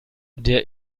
der